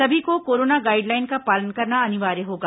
सभी को corona guideline का पालन करना अनिवार्य होगा